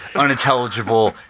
unintelligible